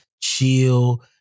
chill